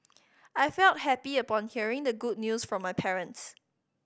I felt happy upon hearing the good news from my parents